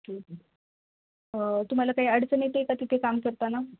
के तुम्हाला काही अडचण येते का तिथे काम करताना